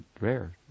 rare